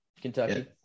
Kentucky